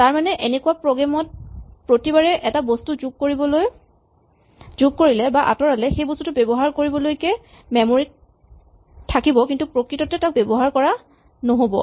তাৰমানে এনেকুৱা প্ৰগ্ৰেম ত প্ৰতিবাৰে এটা বস্তু যোগ কৰিলে বা আঁতৰালে সেই বস্তুটো ব্যৱহাৰ কৰিবলৈকে মেমৰী ত থাকিব কিন্তু প্ৰকৃততে তাক ব্যৱহাৰ কৰা নহ'ব